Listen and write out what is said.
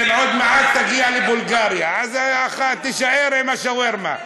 כן, עוד מעט תגיע לבולגריה, אז תישאר עם השווארמה.